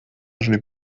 важный